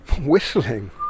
Whistling